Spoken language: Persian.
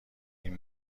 این